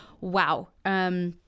wow